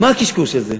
מה הקשקוש הזה?